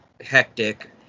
hectic